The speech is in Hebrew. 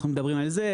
אנחנו מדברים על זה,